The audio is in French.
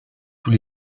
tous